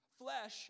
Flesh